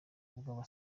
bw’aba